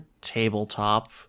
tabletop